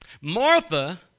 Martha